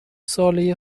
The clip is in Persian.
ساله